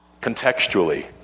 contextually